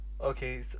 Okay